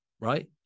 right